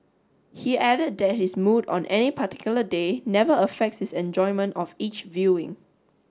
he added that his mood on any particular day never affects his enjoyment of each viewing